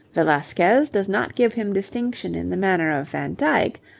velasquez does not give him distinction in the manner of van dyck,